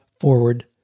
forward